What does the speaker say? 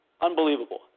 Unbelievable